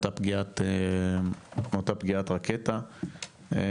מאותה פגיעת רקטה,